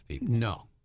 No